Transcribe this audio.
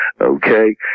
Okay